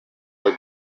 are